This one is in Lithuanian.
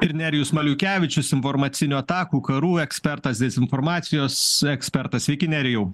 ir nerijus maliukevičius informacinių atakų karų ekspertas dezinformacijos ekspertas sveiki nerijau